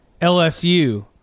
LSU